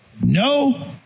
no